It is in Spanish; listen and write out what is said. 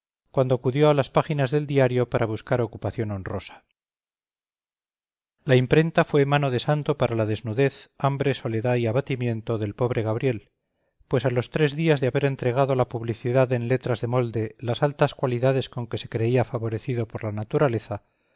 cuando acudió a las páginas del diario para buscar ocupación honrosa la imprenta fue mano de santo para la desnudez hambre soledad y abatimiento del pobre gabriel pues a los tres días de haber entregado a la publicidad en letras de molde las altas cualidades con que se creía favorecido por la naturaleza